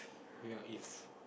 your if